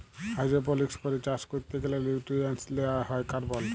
hydroponics করে চাষ ক্যরতে গ্যালে লিউট্রিয়েন্টস লেওয়া হ্যয় কার্বল